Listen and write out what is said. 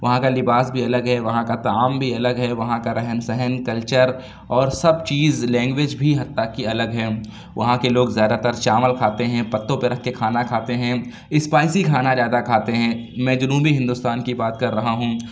وہاں کا لباس بھی الگ ہے وہاں کا طعام بھی الگ ہے وہاں کا رہن سہن کلچر اور سب چیز لینگویج بھی حتیٰ کہ الگ ہے وہاں کے لوگ زیادہ تر چاول کھاتے ہیں پتوں پہ رکھ کے کھانا کھاتے ہیں اسپائسی کھانا زیادہ کھاتے ہیں میں جنوبی ہندوستان کی بات کر رہا ہوں